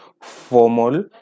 formal